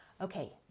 Okay